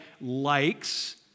likes